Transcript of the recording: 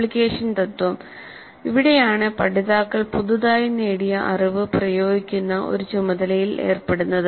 application തത്വം ഇവിടെയാണ് പഠിതാക്കൾ പുതുതായി നേടിയ അറിവ് പ്രയോഗിക്കുന്ന ഒരു ചുമതലയിൽ ഏർപ്പെടുന്നത്